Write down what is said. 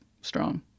strong